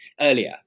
earlier